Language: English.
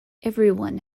everyone